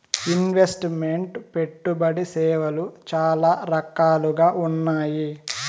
invest meant పెట్టుబడి సేవలు చాలా రకాలుగా ఉన్నాయి